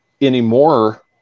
anymore